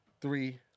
three